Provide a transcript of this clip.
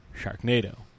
Sharknado